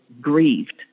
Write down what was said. grieved